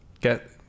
Get